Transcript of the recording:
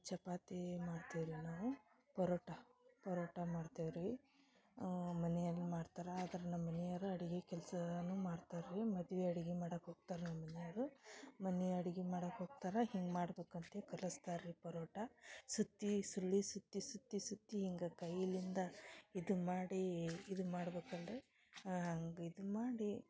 ಚಪಾತಿ ಮಾಡ್ತಿವ್ ರೀ ನಾವು ಪರೋಟ ಪರೋಟ ಮಾಡ್ತಿವೆ ರೀ ಮನೆಯಾಗ ಮಾಡ್ತಾರ ಅದ್ರ ನಮ್ಮ ಮನಿಯವರು ಅಡಿಗೆ ಕೆಲಸನೂ ಮಾಡ್ತಾರೆ ರೀ ಮದುವೆ ಅಡ್ಗಿ ಮಾಡಾಕೆ ಹೋಗ್ತಾರೆ ನಮ್ಮ ಮನೆಯವರು ಮನೆ ಅಡ್ಗಿ ಮಾಡಾಕೆ ಹೋಗ್ತಾರೆ ಹಿಂಗೆ ಮಾಡ್ಬೇಕು ಅಂತೆ ಕಲಸ್ತಾರೆ ರೀ ಪರೋಟ ಸುತ್ತಿ ಸುರುಳಿ ಸುತ್ತಿ ಸುತ್ತಿ ಸುತ್ತಿ ಹಿಂಗ ಕೈಲಿಂದ ಇದು ಮಾಡಿ ಇದು ಮಾಡ್ಬೇಕು ಅಲ್ಲ ರೀ ಹಾಂ ಹಂಗ್ ಇದು ಮಾಡಿ